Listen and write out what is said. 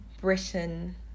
Britain